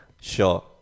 Sure